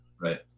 Right